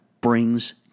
brings